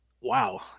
wow